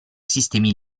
sistemi